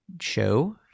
show